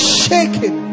shaking